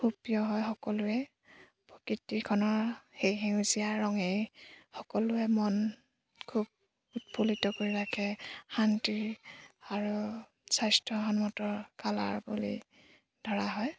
খুব প্ৰিয় হয় সকলোৰে প্ৰকৃতিখনৰ সেই সেউজীয়া ৰঙেই সকলোৰে মন খুব উৎফুল্লিত কৰি ৰাখে শান্তি আৰু স্বাস্থ্যসন্মত কালাৰ বুলি ধৰা হয়